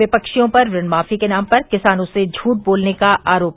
विपक्षियों पर ऋण माफी के नाम पर किसानों से झूठ बोलने का लगाया आरोप